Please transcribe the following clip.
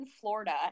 Florida